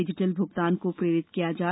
digital भुगतान को प्रेरित किया जाए